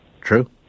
True